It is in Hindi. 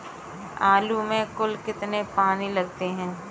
आलू में कुल कितने पानी लगते हैं?